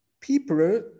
people